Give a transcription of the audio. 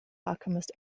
alchemist